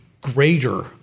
greater